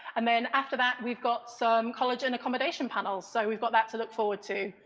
and then after that we've got some college and accommodation panels. so we've got that to look forward to.